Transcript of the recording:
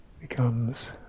becomes